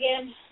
again